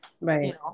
Right